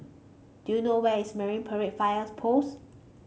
do you know where is Marine Parade Fires Post